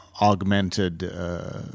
augmented